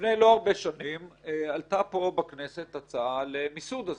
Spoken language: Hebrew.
לפני לא הרבה שנים עלתה פה בכנסת הצעה למיסוד הזנות.